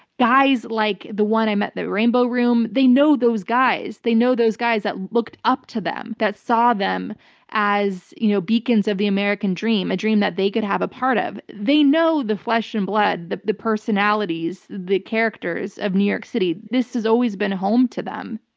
guys like the one i met at the rainbow room. they know those guys. they know those guys that looked up to them, that saw them as you know beacons of the american dream, a dream that they could have a part of. they know the flesh and blood, the the personalities, the characters of new york city. this has always been home to them.